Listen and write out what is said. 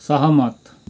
सहमत